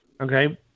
Okay